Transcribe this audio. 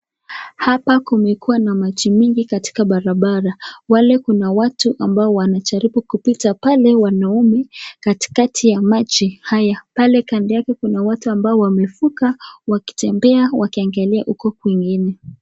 Hapa kumekuwaa na maji mingi katika barabara, wale kuna watu ambao wanajaribu kupita pale wanaume katikati ya maji haya, pale Kando yake kuna watu ambao wamevuka wakitembea wakiangalia uko kwingine.